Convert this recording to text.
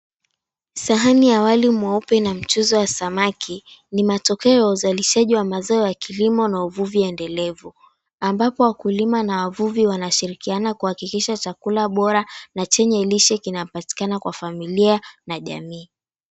Sahani ya wali mweupe na mchuzi wa samaki ni matokeo ya uzalishaji wa mazao ya kilimo na uvuvi endelevu ambapo wakulima na wavuvi wanashirikiana kuhakikisha chakula bora na chenye lishe kinapatikana kwa familia na jamii.